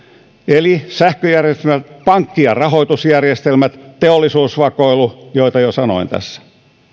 eli sähköjärjestelmiä pankki ja rahoitusjärjestelmiä teollisuusvakoilua joita jo sanoin tässä